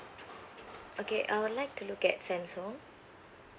okay I would like to look at Samsung